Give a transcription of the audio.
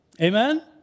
Amen